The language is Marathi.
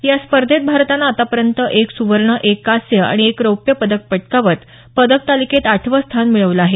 या स्पर्धेत भारतानं आतापर्यंत एक सुवर्ण एक कांस्य आणि एक रौप्य पदक पटकावत पदक तालिकेत आठवं स्थान मिळवलं आहे